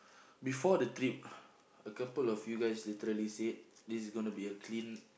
before the trip a couple of you guys literally said this is gonna be a clean